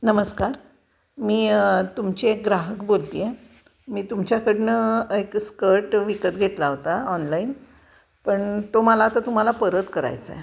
नमस्कार मी तुमची एक ग्राहक बोलत आहे मी तुमच्याकडनं एक स्कर्ट विकत घेतला होता ऑनलाईन पण तो मला आता तुम्हाला परत करायचा आहे